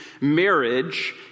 marriage